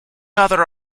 other